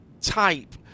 type